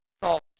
thought